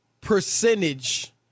percentage